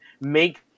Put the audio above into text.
make